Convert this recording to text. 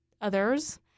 others